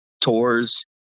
tours